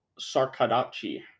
Sarkadachi